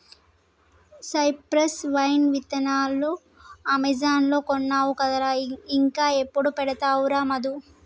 cypress vine విత్తనాలు Amazon లో కొన్నావు కదరా ఇంకా ఎప్పుడు పెడతావురా మధు